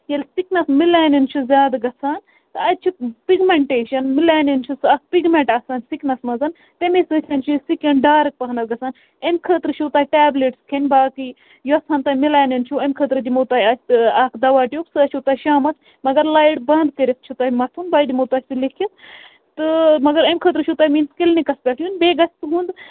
ییٚلہِ سٕکنَس ملینیَن چھُ زیادٕ گَژھان تہٕ اَتہِ چھُ پِگمیٚنٛٹیشن ملینین چھُ اَکھ پِگمیٚنٛٹ آسان سِکنَس منٛز تمہِ سۭتیٚن چھُ سِکِن ڈارٕک پَہم گَژھان امہِ خٲطرٕ چھُو تۅہہِ ٹیبلٹ کھیٚنۍ باقٕے یۄس ہن تۅہہِ ملینین چھُ اَمہِ خٲطرٕ دِمو تۅہہِ أسۍ دَوا ٹِیوٗب سُہ ٲسِو تُہۍ شامَس مگر لایِٹ بنٛد کٔرِتھ چھُو تۅہہِ مَتھُن تۅہہِ دِموو تۅہہِ سُہ لیکھِتھ تہٕ مَگر امہِ خٲطرٕ چھُو تۅہہِ میٲنِس کٕلنِکَس پیٚٹھ یُن بیٚیہِ گَژھِ تُہُنٛد